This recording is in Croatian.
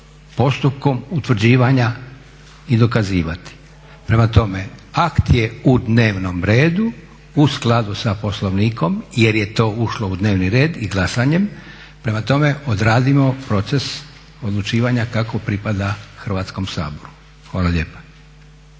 postupkom utvrđivanja i dokazivati. Prema tome, akt je u dnevnom redu u skladu sa Poslovnikom jer je to ušlo u dnevni red i glasanjem. Prema tome, odradimo proces odlučivanja kako pripada Hrvatskom saboru. Hvala lijepa.